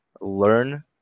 learn